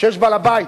שיש בעל בית.